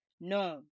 no